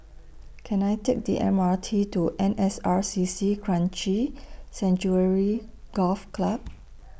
Can I Take The M R T to N S R C C Kranji Sanctuary Golf Club